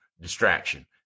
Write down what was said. distraction